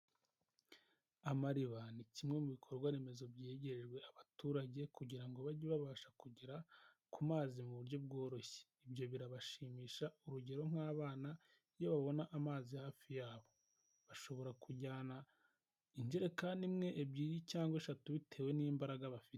Amariba ni kimwe mu bikorwa remezo byegerejwe abaturage kugira ngo bajye babasha kugera ku mazi mu buryo bworoshye, ibyo birabashimisha urugero nk'abana iyo babona amazi hafi yabo, bashobora kujyana injerekani imwe, ebyiri cyangwa eshatu bitewe n'imbaraga bafite.